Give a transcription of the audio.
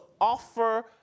offer